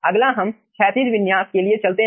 अगला हम क्षैतिज विन्यास के लिए चलते हैं